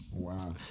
Wow